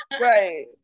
Right